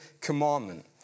commandment